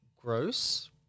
Gross